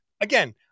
again